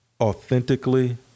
authentically